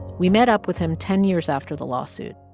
we met up with him ten years after the lawsuit.